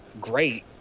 great